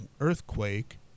earthquake